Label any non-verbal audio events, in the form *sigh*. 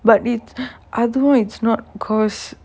but it's *breath* அதுவும்:athuvum it's not because